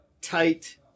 tight